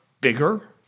bigger